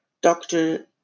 doctor